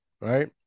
right